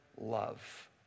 love